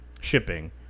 shipping